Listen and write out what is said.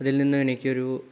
അതിൽനിന്നും എനിക്കൊരു